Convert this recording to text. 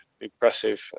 Impressive